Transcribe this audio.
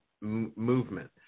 movement